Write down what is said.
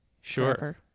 Sure